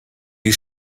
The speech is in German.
die